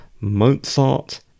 Mozart